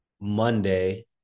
Monday